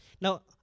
Now